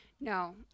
No